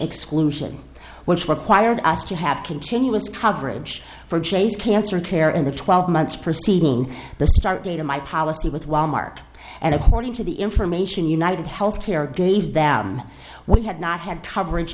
exclusion which required us to have continuous coverage for chase cancer care in the twelve months preceding the start date of my policy with wal mart and according to the information united health care gave them we had not had